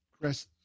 Chris